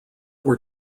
were